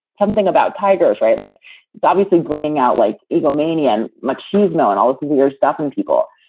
something about tigers, right? like it's obviously bringing out like egomania. and like she's known all this weird stuff and people.